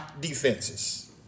defenses